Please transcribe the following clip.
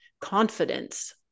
confidence